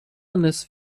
نصف